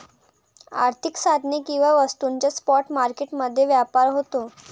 आर्थिक साधने किंवा वस्तूंचा स्पॉट मार्केट मध्ये व्यापार होतो